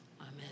Amen